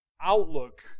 outlook